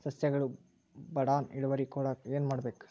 ಸಸ್ಯಗಳು ಬಡಾನ್ ಇಳುವರಿ ಕೊಡಾಕ್ ಏನು ಮಾಡ್ಬೇಕ್?